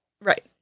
right